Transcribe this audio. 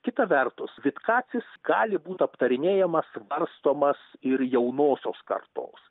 kita vertus vitkacis gali būti aptarinėjama svarstomas ir jaunosios kartos